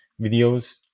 videos